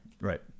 Right